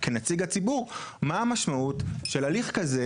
כנציג הציבור מה המשמעות של הליך כזה,